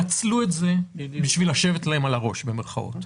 נצלו את זה בשביל "לשבת" להם על הראש.